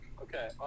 Okay